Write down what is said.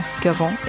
qu'avant